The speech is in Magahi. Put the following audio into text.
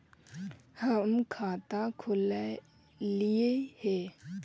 हम खाता खोलैलिये हे?